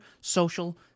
social